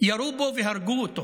ירו בו והרגו אותו